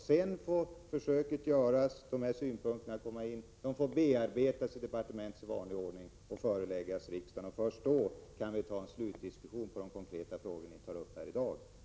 Försöket får göras, och i det sammanhanget skall synpunkter inhämtas, vilka skall bearbetas i departementet i vanlig ordning för att sedan föreläggas riksdagen. Först därefter kan vi ta upp en slutlig diskussion om de konkreta frågor som de båda frågeställarna i dag har ställt.